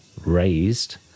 raised